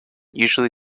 usually